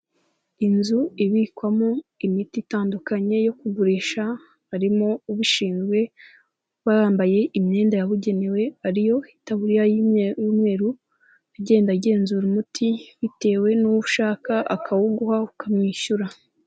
Inzu ibikwamo imiti itandukanye yo kugurisha, harimo ubishinzwe, aba yambaye imyenda yabugenewe ariyo, itaburiya y'umweru, agenda agenzura umuti bitewe n'uwo ushaka, akawuguha ukamwishyura.